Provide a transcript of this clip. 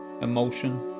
emotion